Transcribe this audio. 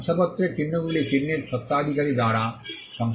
শংসাপত্রের চিহ্নগুলি চিহ্নের স্বত্বাধিকারী দ্বারা শংসাপত্রিত হয়